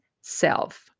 self